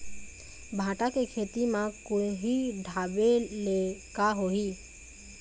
भांटा के खेती म कुहड़ी ढाबे ले का होही?